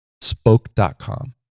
Spoke.com